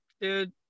Dude